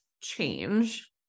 change